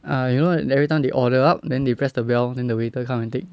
uh you know everytime they order up then they press the bell then the waiter come and take